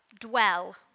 Dwell